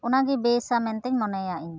ᱚᱱᱟᱜᱮ ᱵᱮᱥᱟ ᱢᱮᱱᱛᱮᱧ ᱢᱚᱱᱮᱭᱟ ᱤᱧᱫᱚ